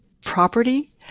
property